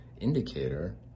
indicator